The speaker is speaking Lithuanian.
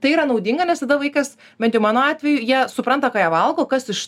tai yra naudinga nes tada vaikas bent jau mano atveju jie supranta ką jie valgo kas iš